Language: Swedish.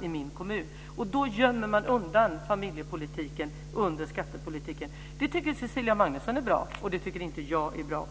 i min kommun betalar. Då gömmer man undan familjepolitiken under skattepolitiken. Det tycker Cecilia Magnusson är bra, men det tycker inte jag är bra.